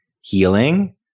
healing